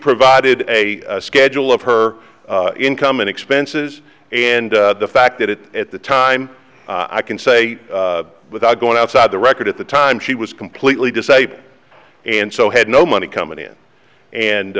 provided a schedule of her income and expenses and the fact that it at the time i can say without going outside the record at the time she was completely disabled and so had no money coming in and